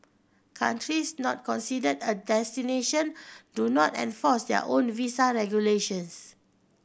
countries not considered a destination do not enforce their own visa regulations